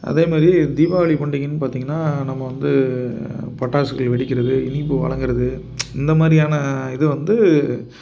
அதே மாரி தீபாவளி பண்டிகையின்னு பார்த்தீங்கன்னா நம்ம வந்து பட்டாசுகள் வெடிக்கிறது இனிப்பு வழங்கறது இந்த மாதிரியான இது வந்து